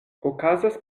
okazas